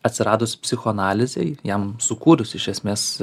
atsiradus psichoanalizei jam sukūrus iš esmės